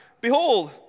behold